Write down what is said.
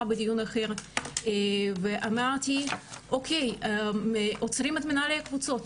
בדיון אחר ואמרתי שעוצרים את מנהלי הקבוצות,